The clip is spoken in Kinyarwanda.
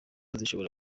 zishobora